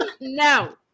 no